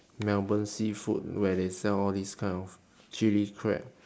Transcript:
melbourne seafood where they sell all these kind of chilli crab